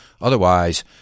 otherwise